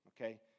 okay